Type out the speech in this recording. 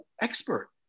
expert